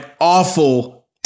awful